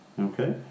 Okay